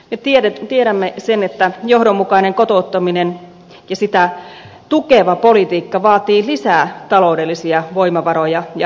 me tiedämme sen että johdonmukainen kotouttaminen ja sitä tukeva politiikka vaatii lisää taloudellisia voimavaroja ja henkilöstöresursseja